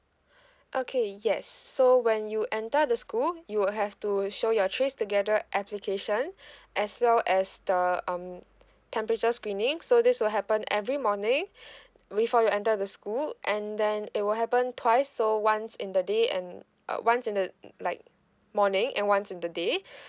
okay yes so when you enter the school you will have to show your trace together application as well as the um temperature screening so this will happen every morning before you enter the school and then it will happen twice so once in the day and uh once in the like morning and once in the day